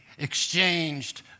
exchanged